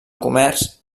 comerç